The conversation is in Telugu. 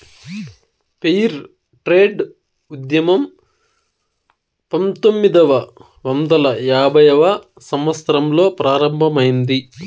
ఫెయిర్ ట్రేడ్ ఉద్యమం పంతొమ్మిదవ వందల యాభైవ సంవత్సరంలో ప్రారంభమైంది